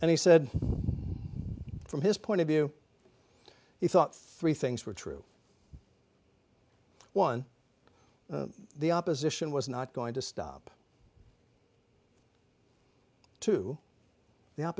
and he said from his point of view he thought three things were true one the opposition was not going to stop to th